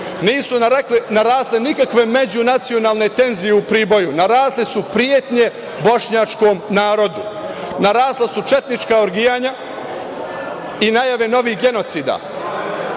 nisu na razne nikakve međunacionalne tenzije u Priboju, narasle su pretnje bošnjačkom narodu, narasla su četnička orgijanja i najave novih genocida